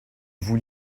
vous